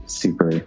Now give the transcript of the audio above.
super